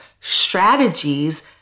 strategies